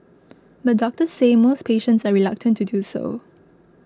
but doctors say most patients are reluctant to do so